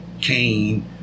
Cain